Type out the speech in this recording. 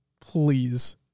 please